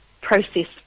process